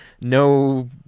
no